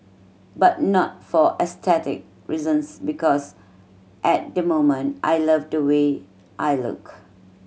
but not for aesthetic reasons because at the moment I love the way I look